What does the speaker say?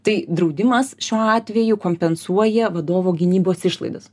tai draudimas šiuo atveju kompensuoja vadovo gynybos išlaidas